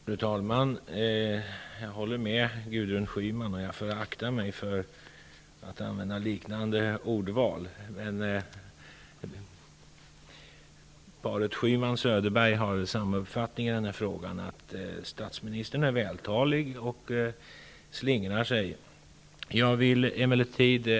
Fru talman! Jag håller med Gudrun Schyman, men jag får akta mig för att använda liknande ordval. Paret Schyman--Söderberg har samma uppfattning i den här frågan, nämligen att statsministern är vältalig och slingrar sig.